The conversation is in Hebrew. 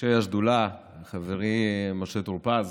ראשי השדולה חברי משה טור פז